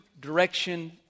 direction